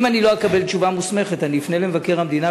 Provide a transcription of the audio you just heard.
אם לא אקבל תשובה מוסמכת אפנה למבקר המדינה,